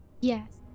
Yes